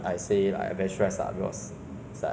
so to follow my dreams